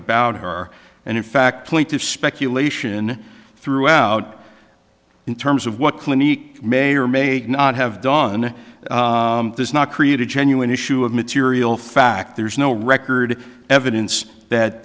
about her and in fact point of speculation throughout in terms of what clinic may or may not have done does not create a genuine issue of material fact there's no record evidence that